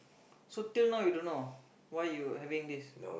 so till now you don't know why you having this